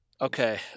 Okay